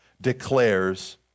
declares